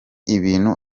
ibintu